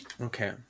okay